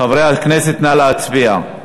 חברי הכנסת, נא להצביע.